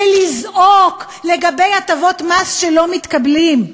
ולזעוק לגבי הטבות מס שלא מתקבלות?